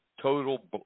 total